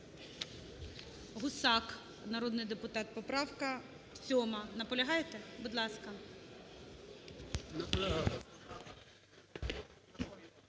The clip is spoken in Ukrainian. Гусак народний депутат, поправка 7-а. Наполягаєте? Будь ласка.